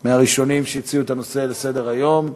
מהראשונים שהציעו את הנושא לסדר-היום,